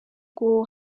ngo